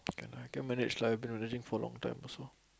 can lah can manage you have been in a relationship for a long time also